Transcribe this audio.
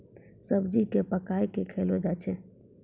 सब्जी क पकाय कॅ खयलो जाय छै